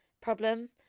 problem